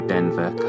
Denver